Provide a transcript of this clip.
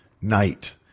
night